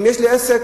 אם יש לי עסק,